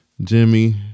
Jimmy